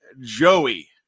Joey